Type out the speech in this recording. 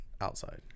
outside